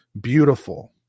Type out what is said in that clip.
beautiful